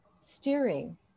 steering